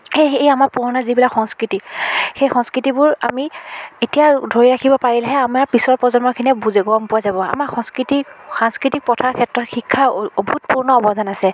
সেই সেই আমাৰ পুৰণা যিবিলাক সংস্কৃতি সেই সংস্কৃতিবোৰ আমি এতিয়া ধৰি ৰাখিব পাৰিলেহে আমাৰ পিছৰ প্ৰজন্মখিনিয়ে বুজি গম পোৱা যাব আমাৰ সংস্কৃতিক সাংস্কৃতিক পথাৰৰ ক্ষেত্ৰত শিক্ষাৰ অভূতপূৰ্ণ অৱদান আছে